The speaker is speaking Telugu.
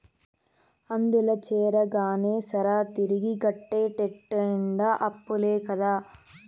అందుల చేరగానే సరా, తిరిగి గట్టేటెట్ట నిండా అప్పులే కదా